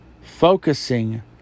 focusing